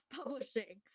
publishing